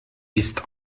ist